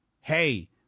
hey